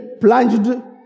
plunged